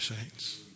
saints